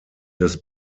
des